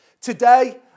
today